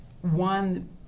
one